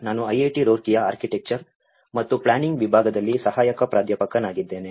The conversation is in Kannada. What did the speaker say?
ನಾನು ಐಐಟಿ ರೂರ್ಕಿಯ ಆರ್ಕಿಟೆಕ್ಚರ್ ಮತ್ತು ಪ್ಲಾನಿಂಗ್ ವಿಭಾಗದಲ್ಲಿ ಸಹಾಯಕ ಪ್ರಾಧ್ಯಾಪಕನಾಗಿದ್ದೇನೆ